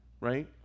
Right